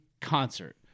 concert